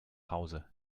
hause